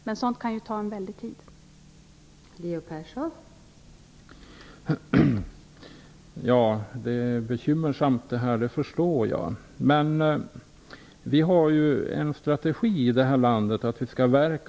Men sådant kan ju ta väldigt lång tid.